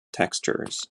textures